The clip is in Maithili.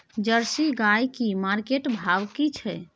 जर्सी गाय की मार्केट भाव की छै?